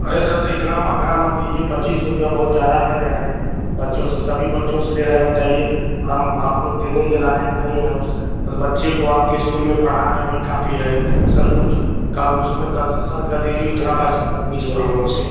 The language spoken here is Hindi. अरे सर तो इतना महँगा मत लीजिए पच्चीस सौ रुपये बहुत ज्यादा ले रहे हैं बच्चों से सभी बच्चों से ले रहे हैं बताइए हम हम लोग देने के लायक नहीं हैं उस बस बच्चे को आपके इस्कूल में पढ़ा रहे हैं वही काफी है सर कुछ कर उसमें कंसेसन कर दीजिए उतना पैसा मत लीजिए हम लोगों से